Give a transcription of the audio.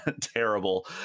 terrible